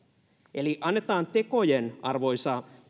eli annetaan tekojen arvoisa